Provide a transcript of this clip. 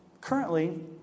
currently